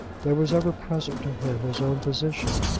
there was ever present to him his own position.